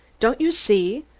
don't you see?